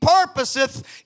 purposeth